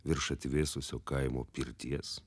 virš atvėsusio kaimo pirties